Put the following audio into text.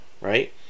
right